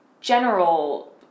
general